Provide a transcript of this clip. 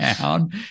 down